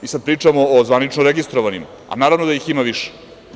Sad pričamo o zvanično registrovanim, a naravno da ih ima više.